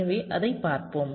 எனவே அதைப் பார்ப்போம்